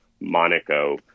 Monaco